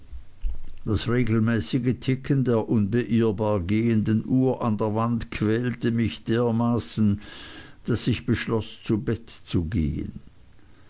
das regelmäßige ticken der unbeirrbar gehenden uhr an der wand quälte mich dermaßen daß ich beschloß zu bett zu gehen